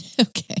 Okay